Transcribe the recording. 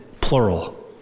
plural